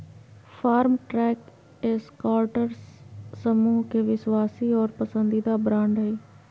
Farmtrac Escorts समूह के विश्वासी और पसंदीदा ब्रांड हइ